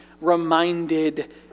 reminded